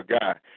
guy